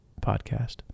podcast